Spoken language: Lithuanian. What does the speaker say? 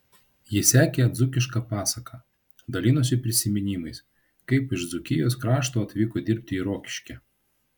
ji sekė dzūkišką pasaką dalinosi prisiminimais kaip iš dzūkijos krašto atvyko dirbti į rokiškį